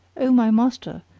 o my master,